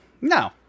No